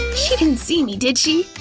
she didn't see me, did she?